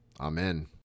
Amen